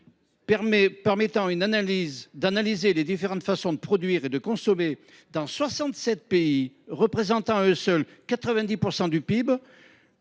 permettant d’analyser les différentes façons de produire et de consommer dans 77 pays, représentant à eux seuls 90 % du PIB